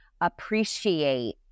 appreciate